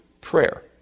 prayer